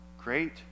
Great